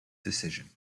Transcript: decision